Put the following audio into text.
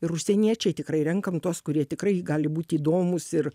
ir užsieniečiai tikrai renkam tuos kurie tikrai gali būt įdomūs ir